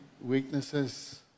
weaknesses